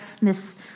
Miss